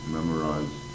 memorize